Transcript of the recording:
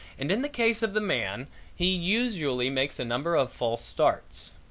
and in the case of the man he usually makes a number of false starts.